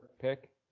pick